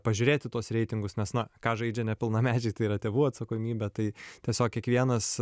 pažiūrėti tuos reitingus nes na ką žaidžia nepilnamečiai tai yra tėvų atsakomybė tai tiesiog kiekvienas